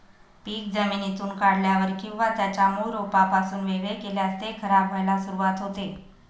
पीक जमिनीतून काढल्यावर किंवा त्याच्या मूळ रोपापासून वेगळे केल्यास ते खराब व्हायला सुरुवात होते